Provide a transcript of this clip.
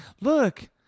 look